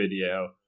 video